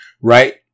right